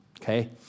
okay